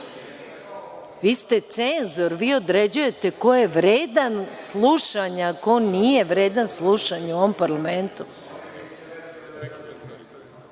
Vi ste cenzor. Vi određujete ko je vredan slušanja, ko nije vredan slušanja u ovom parlamentu.